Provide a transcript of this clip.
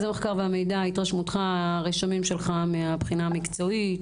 והמידע, בבקשה, הרשמים המקצועיים שלך.